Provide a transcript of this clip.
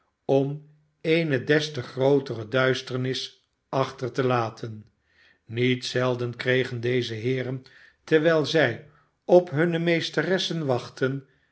om eene des te grootere duisternis achter te laten niet zelden kregen deze heeren terwijl zij op hunne meesteressen wachtten